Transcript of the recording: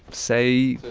say,